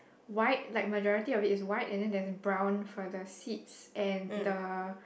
white like majority of it's white and there is brown for the seats and the